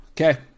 Okay